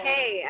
Hey